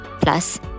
Plus